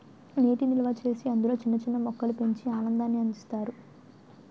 నీటి నిల్వచేసి అందులో చిన్న చిన్న మొక్కలు పెంచి ఆనందాన్ని అందిస్తారు